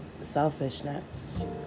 selfishness